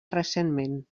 recentment